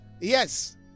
Yes